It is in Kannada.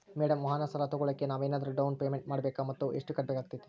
ಮೇಡಂ ವಾಹನ ಸಾಲ ತೋಗೊಳೋಕೆ ನಾವೇನಾದರೂ ಡೌನ್ ಪೇಮೆಂಟ್ ಮಾಡಬೇಕಾ ಮತ್ತು ಎಷ್ಟು ಕಟ್ಬೇಕಾಗ್ತೈತೆ?